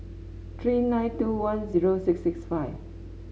three nine two one zero six six five